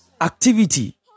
activity